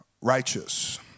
righteous